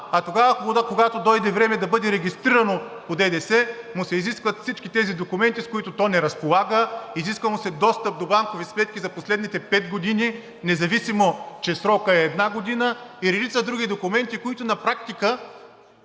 а тогава, когато дойде време да бъде регистрирано по ДДС, му се изискват всички тези документи, с които то не разполага, изисква му се достъп до банкови сметки за последните пет години, независимо че срокът е една година, и редица други документи, които на практика